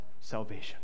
salvation